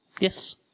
Yes